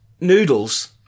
Noodles